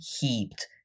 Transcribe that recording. heaped